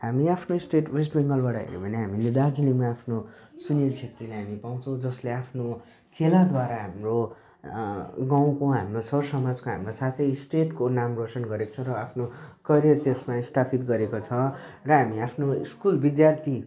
हामी आफ्नो state west बङ्गालबाट हेर्यौँ भने हामीले दार्जिलिङमा आफ्नो सुनिल क्षेत्रीलाई हामी पाउँछौँ जसले आफ्नो खेलाद्वारा हाम्रो गाउँको हाम्रो सरसमाजको हाम्रो साथै स्टेटको नाम रोसन गरेको छ र आफ्नो करियर त्यसमा स्थापित गरेको छ र हामी आफ्नो स्कुल विद्यार्थी